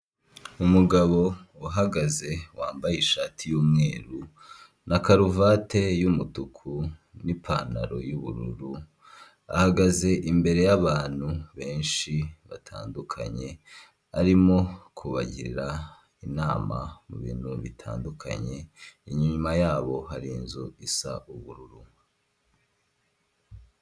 Umuhanda w'igitaka urimo imodoka ebyiri imwe y'umukara n'indi yenda gusa umweru, tukabonamo inzu ku ruhande yarwo yubakishije amabuye kandi ifite amababi y'umutuku ni'gipangu cy'umukara.